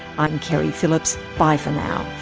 i'm keri phillips. bye for now.